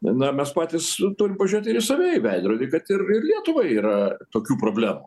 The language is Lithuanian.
na mes patys su turim pažiūrėti ir į save į veidrodį kad ir ir lietuvai yra tokių problemų